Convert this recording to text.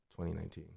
2019